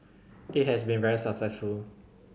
it has been very successful